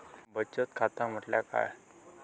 बचत खाता म्हटल्या काय?